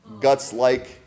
guts-like